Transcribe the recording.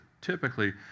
typically